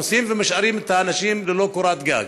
הורסים ומשאירים את האנשים ללא קורת גג.